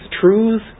Truth